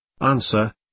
Answer